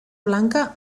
blanca